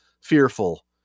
fearful